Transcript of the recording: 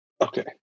Okay